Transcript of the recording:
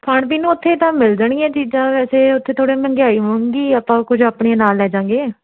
ਖਾਣ ਪੀਣ ਨੂੰ ਉੱਥੇ ਤਾਂ ਮਿਲ ਜਾਣਗੀਆਂ ਚੀਜ਼ਾਂ ਵੈਸੇ ਉੱਥੇ ਥੋੜ੍ਹੇ ਮਹਿੰਗਾਈ ਹੁੰਦੀ ਆਪਾਂ ਕੁਝ ਆਪਣੇ ਨਾਲ ਲੈ ਜਾਂਗੇ